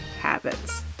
habits